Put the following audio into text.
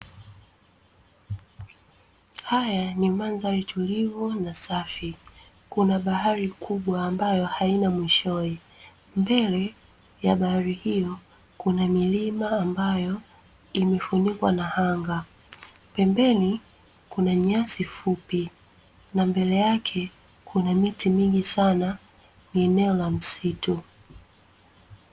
Haya ni mandhari tulivu na safi, kuna bahari kubwa ambayo haina mwishowe, mbele ya bahari hiyo kuna milima ambayo imefunikwa na anga, pembeni kuna nyasi fupi na mbele yake kuna miti mingi sana, mimea na msitu.